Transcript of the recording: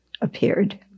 appeared